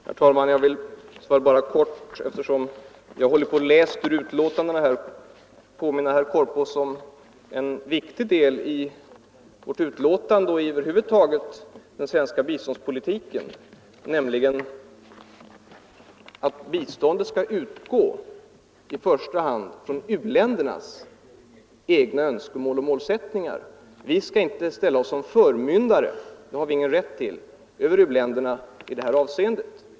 Herr talman! Jag vill bara helt kort påminna herr Korpås om en viktig princip i vårt betänkande och över huvud taget i den svenska biståndspolitiken, nämligen att biståndet skall utgå i första hand från u-ländernas egna önskemål och målsättningar. Vi skall inte ställa oss som förmyndare för u-länderna i det här avseendet.